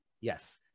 Yes